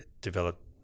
develop